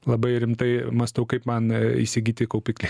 labai rimtai mąstau kaip man įsigyti kaupiklį